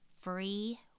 free